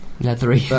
leathery